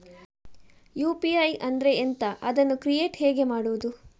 UPI ಅಂದ್ರೆ ಎಂಥ? ಅದನ್ನು ಕ್ರಿಯೇಟ್ ಹೇಗೆ ಮಾಡುವುದು?